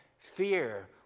Fear